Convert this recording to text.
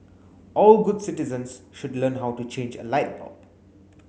all good citizens should learn how to change a light bulb